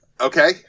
Okay